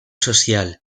social